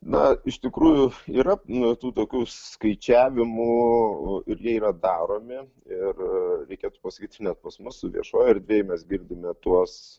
na iš tikrųjų yra nu tų tokių skaičiavimų ir jie yra daromi ir reikėtų pasakyt čia net pas mus viešoj erdvėj mes girdime tuos